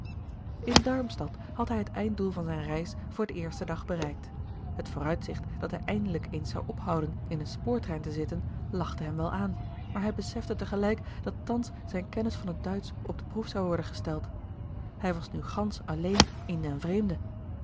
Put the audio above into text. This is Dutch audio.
in darmstadt had hij het einddoel van zijn reis voor den eersten dag bereikt het vooruitzicht dat hij eindelijk eens zou ophouden in een spoortrein te zitten lachte hem wel aan maar hij besefte te gelijk dat thans zijne kennis van het duitsch op de proef zou worden gesteld hij was nu gansch alleen in den vreemde